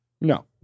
No